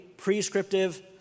prescriptive